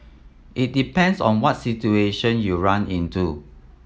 it depends on what situation you run into